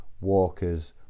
walkers